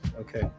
okay